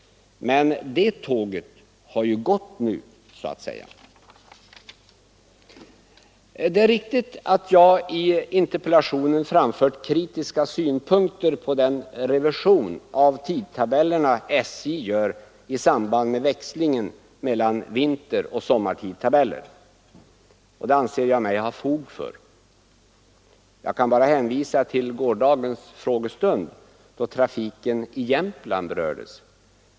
Men det tåget har så att säga gått nu. Det är riktigt att jag i interpellationen har framfört kritiska synpunkter på den revision av tidtabellerna som SJ gör i samband med växlingen mellan vinteroch sommartidtabellen, och det anser jag mig ha fog för. Jag kan bara hänvisa till gårdagens frågestund, då trafiken i Jämtland berördes.